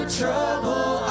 trouble